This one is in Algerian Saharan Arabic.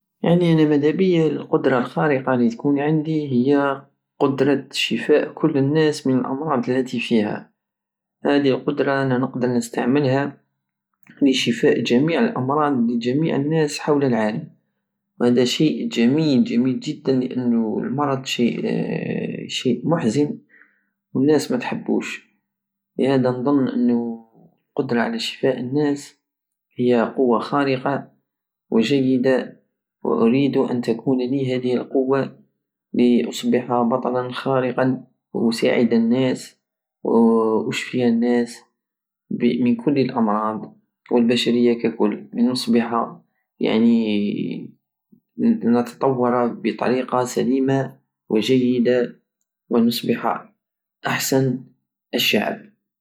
يعني انا مدابية القدرة الخارقة الي تكون عندي هي قدرة شفاء كل الناس من الامراض التي فيها هاي القدرة انا تقدر نستعملها لشفاء جميع الامراض وجميع الناس حول العالم وهدا شيء جميل جميل جدا لانو المرض شيء- شيء محزن والناس متحبوش لهادا نضن انو القدرة على شفاء الناي هي قوة خارقة وجيدة واريد ان تكون لي هده القوة لاصبح بطلا خارقا واساعد الناس واشفي الناس من كل الامراض والبشرية ككل لنصبح يعني نتطور بطريقة سليمة وجيد ونصبح احسن الشعب